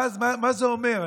ואז מה זה אומר?